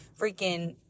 freaking